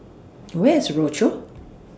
Where IS Rochor